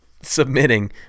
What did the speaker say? submitting